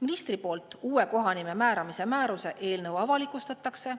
Ministri poolt uue kohanime määramise määruse eelnõu avalikustatakse